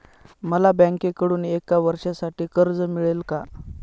मला बँकेकडून एका वर्षासाठी कर्ज मिळेल का?